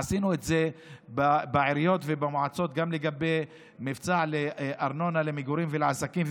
עשינו את זה בעיריות ובמועצות גם לגבי מבצע ארנונה למגורים ולעסקים,